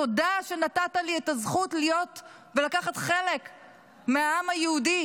תודה שנתת לי את הזכות להיות ולקחת חלק מהעם היהודי,